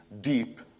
deep